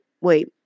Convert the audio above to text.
wait